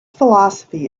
philosophy